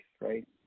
right